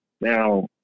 Now